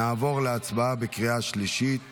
נעבור להצבעה בקריאה השלישית